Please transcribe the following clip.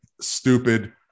stupid